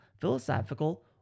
philosophical